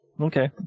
Okay